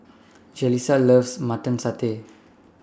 Jalissa loves Mutton Satay